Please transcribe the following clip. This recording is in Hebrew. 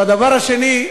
הדבר השני,